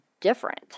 different